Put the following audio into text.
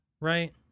right